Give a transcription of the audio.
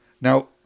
Now